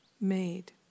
Made